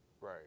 right